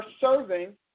serving